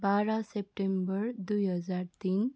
बाह्र सेप्टेम्बर दुई हजार तिन